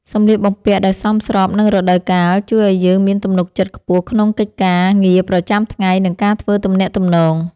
សម្លៀកបំពាក់ដែលសមស្របនឹងរដូវកាលជួយឱ្យយើងមានទំនុកចិត្តខ្ពស់ក្នុងកិច្ចការងារប្រចាំថ្ងៃនិងការធ្វើទំនាក់ទំនង។